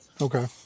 Okay